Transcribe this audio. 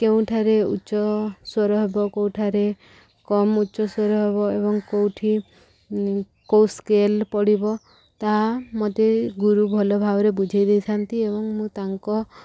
କେଉଁଠାରେ ଉଚ୍ଚ ସ୍ୱର ହେବ କୋଉଠାରେ କମ୍ ଉଚ୍ଚ ସ୍ୱର ହେବ ଏବଂ କୋଉଠି କୋଉ ସ୍କେଲ ପଡ଼ିବ ତାହା ମୋତେ ଗୁରୁ ଭଲଭାବରେ ବୁଝେଇ ଦେଇଥାନ୍ତି ଏବଂ ମୁଁ ତାଙ୍କ